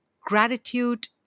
gratitude